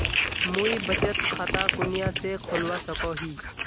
मुई बचत खता कुनियाँ से खोलवा सको ही?